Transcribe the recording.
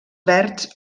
verds